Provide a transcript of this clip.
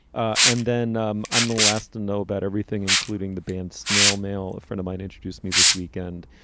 and then um i'm the last to know about everything including the band snail mail a friend of mine introduced me this weekend.